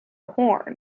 horn